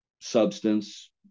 substance